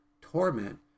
torment